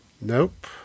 Nope